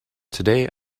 today